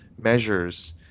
measures